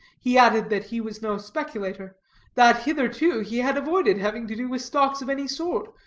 he added that he was no speculator that hitherto he had avoided having to do with stocks of any sort,